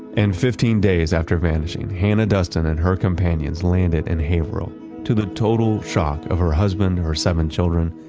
and fifteen days after vanishing, hannah duston and her companions landed in haverhill to the total shock of her husband, her seven children,